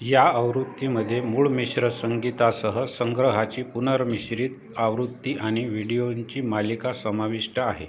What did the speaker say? या आवृत्तीमध्ये मूळ मिश्र संगीतासह संग्रहाची पुन र्मिश्रित आवृत्ती आणि व्हिडिओंची मालिका समाविष्ट आहे